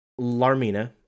Larmina